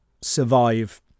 survive